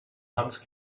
hans